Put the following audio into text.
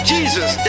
Jesus